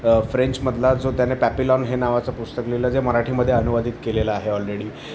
फ्रेंचमधला जो त्याने पॅपिलॉन हे नावाचं पुस्तक लिहिलं जे मराठीमध्ये अनुवादित केलेलं आहे ऑलरेडी